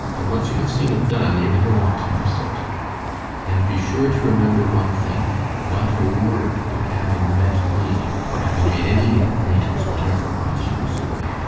but once you have seen it done, you never want to miss it and be sure to remember one thing not a word about having met me, or having made any new acquaintance whatever while she was away.